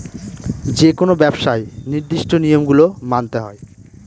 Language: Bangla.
যেকোনো ব্যবসায় নির্দিষ্ট নিয়ম গুলো মানতে হয়